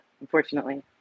unfortunately